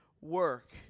work